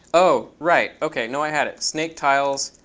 oh, right. ok. no, i had it. snaketiles